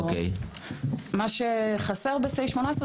מה שחסר בסעיף 18,